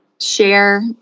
share